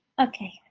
Okay